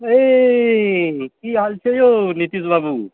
की हाल छै यौ नीतीश बाबू